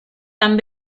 tan